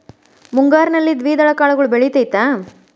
ಮುಂಗಾರಿನಲ್ಲಿ ದ್ವಿದಳ ಕಾಳುಗಳು ಬೆಳೆತೈತಾ?